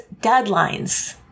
deadlines